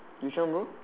this one bro